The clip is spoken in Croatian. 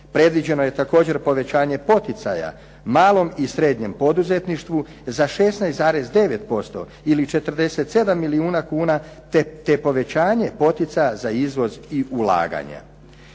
predviđeno je također povećanje poticaja malom i srednjem poduzetništvu za 16,9% ili 47 milijuna kuna te povećanje poticaja za izvoz i ulaganja.